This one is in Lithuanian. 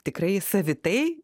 tikrai savitai